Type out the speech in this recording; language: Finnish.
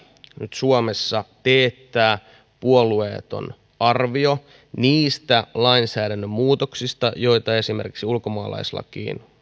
nyt suomessa teettää puolueeton arvio niistä lainsäädännön muutoksista joita esimerkiksi ulkomaalaislakiin